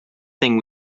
thing